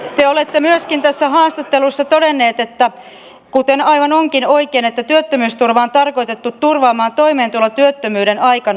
te olette myöskin tässä haastattelussa todennut kuten aivan oikein onkin että työttömyysturva on tarkoitettu turvaamaan toimeentulo työttömyyden aikana